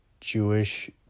Jewish